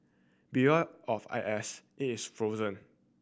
of I S it was frozen